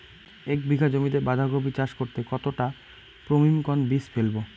এক বিঘা জমিতে বাধাকপি চাষ করতে কতটা পপ্রীমকন বীজ ফেলবো?